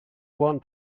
one